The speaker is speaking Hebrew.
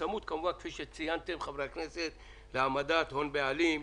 בצמוד כמובן להעמדת הון בעלים,